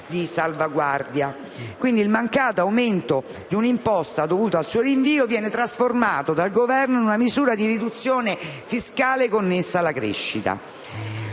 di salvaguardia. Quindi, il mancato aumento di un'imposta dovuto al suo rinvio viene trasformato dal Governo in una misura di riduzione fiscale connessa alla crescita.